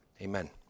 Amen